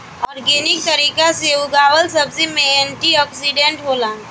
organic तरीका से उगावल सब्जी में एंटी ओक्सिडेंट होला